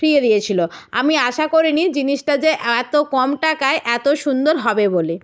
ফ্রিয়ে দিয়েছিল আমি আশা করিনি জিনিসটা যে এত কম টাকায় এত সুন্দর হবে বলে